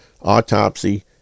autopsy